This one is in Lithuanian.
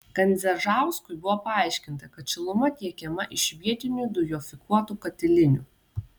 kandzežauskui buvo paaiškinta kad šiluma tiekiama iš vietinių dujofikuotų katilinių